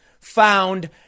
found